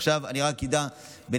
עכשיו אני רק אגע בנקודות,